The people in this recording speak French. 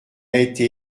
été